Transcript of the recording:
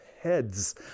heads